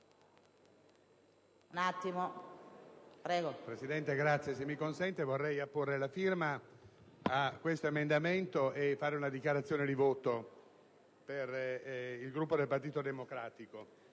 *(PD)*. Signora Presidente, se mi consente vorrei apporre la firma a questo emendamento e fare una dichiarazione di voto per il Gruppo del Partito Democratico.